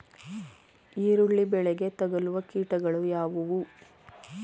ಈರುಳ್ಳಿ ಬೆಳೆಗೆ ತಗಲುವ ಕೀಟಗಳು ಯಾವುವು?